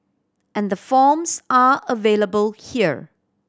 and the forms are available here